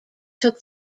took